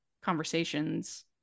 conversations